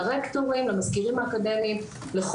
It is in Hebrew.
לרקטורים -- זה תודה.